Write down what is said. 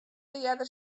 earder